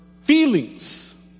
feelings